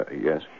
Yes